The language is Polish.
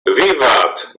wiwat